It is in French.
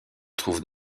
trouve